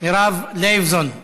מירב לייבזון,